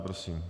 Prosím.